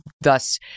thus